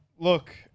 Look